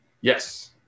Yes